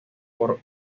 por